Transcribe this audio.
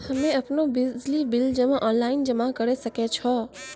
हम्मे आपनौ बिजली बिल ऑनलाइन जमा करै सकै छौ?